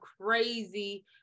crazy